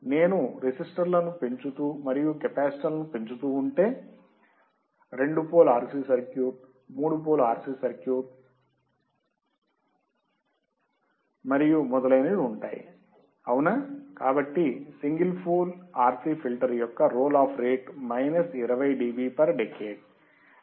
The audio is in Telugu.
నేను రెసిస్టర్లను పెంచుతూ మరియు కెపాసిటర్లను పెంచుతూ ఉంటే రెండు పోల్ RC సర్క్యూట్ మూడు పోల్ RC ఫిల్టర్ మరియు మొదలైనవి ఉంటాయి అవునా కాబట్టి సింగిల్ పోల్ RC ఫిల్టర్ యొక్క roll off rate minus 20 dB per decade